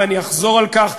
ואני אחזור על כך,